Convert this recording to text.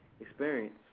experience